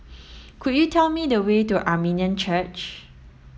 could you tell me the way to Armenian Church